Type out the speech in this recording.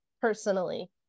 personally